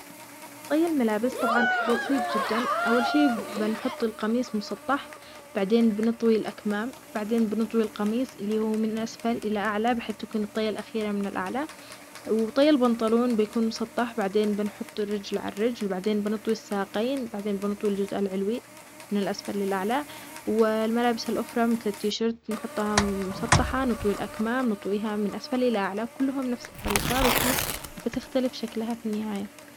علشان تطوي الملابس بشكل صحيح، افردها على سطح مستوي. بعدين، اطوي الأكمام للداخل إذا كانت قميص. اطوي الجوانب على بعض إذا كانت بنطلون. بعدها، لف القطعة من الأسفل للأعلى إذا حاب توفر مساحة. أهم شي تكون الطيات متساوية وما تكسر القماش، عشان يظل مرتب وما يتجعد.